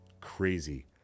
crazy